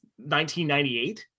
1998